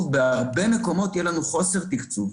אבל בהרבה מקומות יהיה לנו חוסר תקצוב.